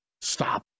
stop